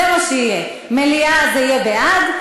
זה מה שיהיה: מליאה זה יהיה בעד,